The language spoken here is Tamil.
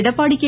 எடப்பாடி கே